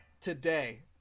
Today